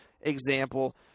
Example